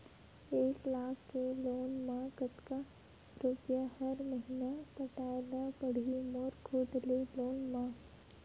एक लाख के लोन मा कतका रुपिया हर महीना पटाय ला पढ़ही मोर खुद ले लोन मा?